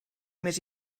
més